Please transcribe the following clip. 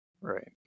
right